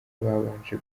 babanje